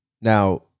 Now